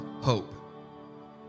hope